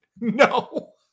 No